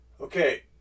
Okay